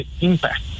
impact